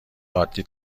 عادی